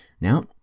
Now